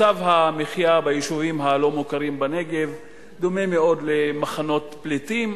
מצב המחיה ביישובים הלא-מוכרים בנגב דומה מאוד למחנות פליטים,